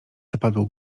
zapadło